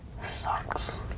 sucks